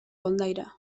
kondaira